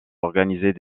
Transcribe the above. organiser